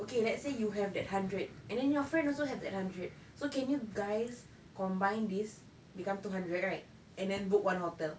okay let's say you have that hundred and then your friend also have that hundred so can you guys combine this become two hundred right and then book one hotel